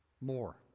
more